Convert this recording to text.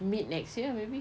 middle next year maybe